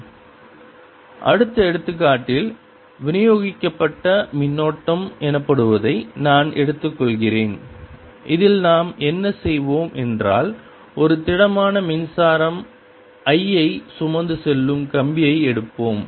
dr02πIabdrr02πln ba ILI L02πlnba அடுத்த எடுத்துக்காட்டில் விநியோகிக்கப்பட்ட மின்னோட்டம் எனப்படுவதை நான் எடுத்துக்கொள்கிறேன் இதில் நாம் என்ன செய்வோம் என்றால் ஒரு திடமான மின்சாரம் I ஐ சுமந்து செல்லும் கம்பியை எடுப்போம்